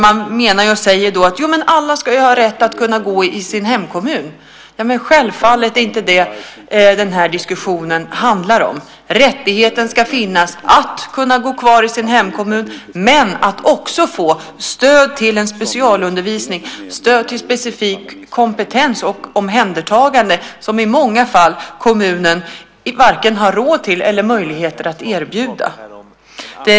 Man säger: Jo, men alla ska ha rätt att gå i sin hemkommun. Ja, självfallet. Det är inte det som den här diskussionen handlar om. Rättigheten att gå kvar i sin hemkommun ska finnas men man ska också få stöd till specialundervisning, stöd till specifik kompetens och till omhändertagande som i många fall kommunen varken har råd eller möjligheter att erbjuda.